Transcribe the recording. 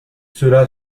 cela